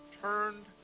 turned